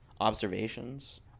Observations